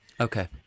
Okay